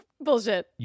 bullshit